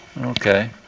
okay